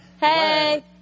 Hey